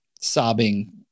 sobbing